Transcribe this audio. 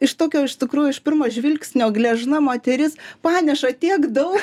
iš tokio iš tikrųjų iš pirmo žvilgsnio gležna moteris paneša tiek daug